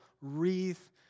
wreath